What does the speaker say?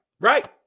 right